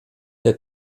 der